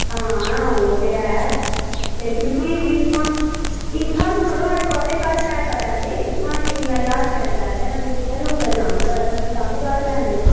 हां ओह् ते ऐ लेकिन फ्ही बी दिक्खो हां इत्थै मड़ो आटो आह्ले घट्ट पैसे लैंदे इत्थै बी इन्ना ज्हार रपेआ नेईं लैंदे न इत्थै गै कुतै जाना होऐ तां बी घट्ट लैंदे